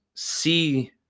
See